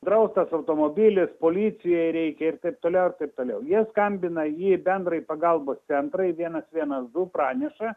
draustas automobilis policijai reikia ir taip toliau ir taip toliau jie skambina į bendrąjį pagalbos centrą į vienas vienas du praneša